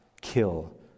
kill